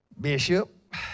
Bishop